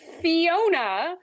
Fiona